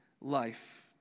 life